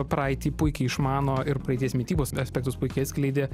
praeitį puikiai išmano ir praeities mitybos aspektus puikiai atskleidė